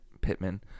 Pittman